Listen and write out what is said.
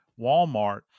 Walmart